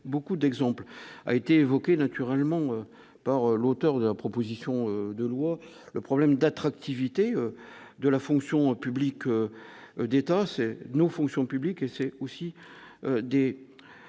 beaucoup d'exemples, l'a été évoquée naturellement par l'auteur de la proposition de loi, le problème d'attractivité de la fonction publique d'État, c'est non Fonction publique et c'est aussi des